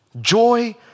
Joy